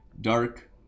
dark